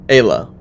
Ayla